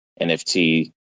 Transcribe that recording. NFT